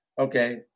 okay